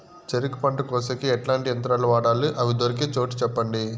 చెరుకు పంట కోసేకి ఎట్లాంటి యంత్రాలు వాడాలి? అవి దొరికే చోటు చెప్పండి?